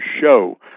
show